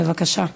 בבקשה.